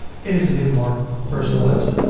it is a bit more personalized.